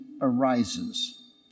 arises